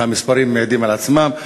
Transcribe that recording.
והמספרים מעידים על עצמם,